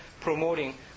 promoting